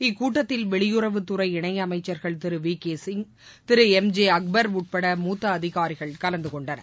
இக்கூட்டத்தில் வெளியவுத் துறை இணை அமைச்சர்கள் திரு வி கே சிங் திரு எம் ஜே அக்பர் உட்பட மூத்த அதிகாரிகள் கலந்து கொண்டனர்